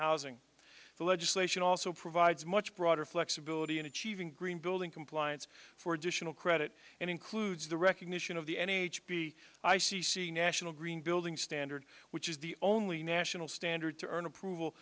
housing the legislation also provides much broader flexibility in achieving green building compliance for additional credit and includes the recognition of the n h b i c c national green building standard which is the only national standard to earn approval